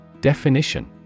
Definition